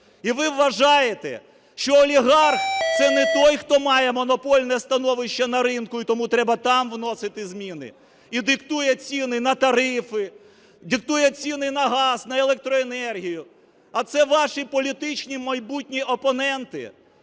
І ви вважаєте, що олігарх – це не той, хто має монопольне становище на ринку і тому треба там вносити зміни, і диктує ціни на тарифи, диктує ціни на газ, на електроенергію, а це ваші політичні майбутні опоненти.